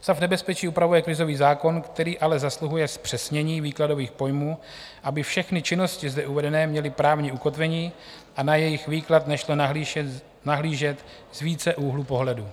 Stav nebezpečí upravuje krizový zákon, který ale zasluhuje zpřesnění výkladových pojmů, aby všechny činnosti zde uvedené měly právní ukotvení a na jejich výklad nešlo nahlížet z více úhlů pohledu.